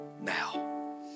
now